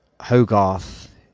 Hogarth